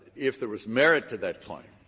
if there was merit to that claim,